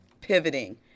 pivoting